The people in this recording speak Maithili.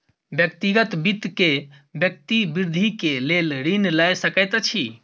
व्यक्तिगत वित्त में व्यक्ति वृद्धि के लेल ऋण लय सकैत अछि